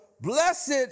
blessed